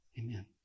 Amen